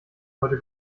heute